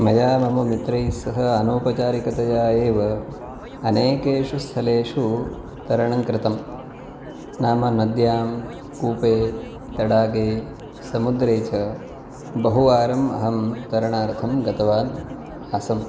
मया मम मित्रैः सह अनौपचारिकतया एव अनेकेषु स्थलेषु तरणं कृतम् नाम नद्यां कूपे तडागे समुद्रे च बहुवारम् अहं तरणार्थं गतवान् आसम्